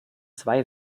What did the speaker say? zwei